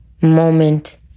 moment